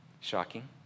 Shocking